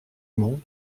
mont